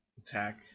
attack